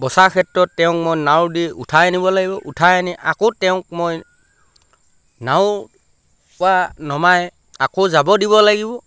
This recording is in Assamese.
বচাৰ ক্ষেত্ৰত তেওঁক মই নাও দি উঠাই আনিব লাগিব উঠাই আনি আকৌ তেওঁক মই নাওৰপৰা নমাই আকৌ যাব দিব লাগিব